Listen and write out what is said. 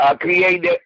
create